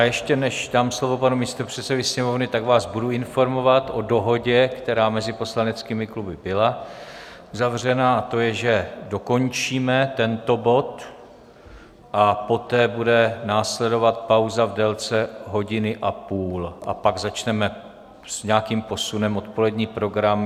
Ještě, než dám slovo panu místopředsedovi Sněmovny, tak vás budu informovat o dohodě, která byla mezi poslaneckými kluby uzavřena, a to je, že dokončíme tento bod a poté bude následovat pauza v délce hodiny a půl, a pak začneme s nějakým posunem odpolední program.